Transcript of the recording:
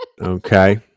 Okay